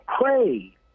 pray